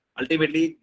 ultimately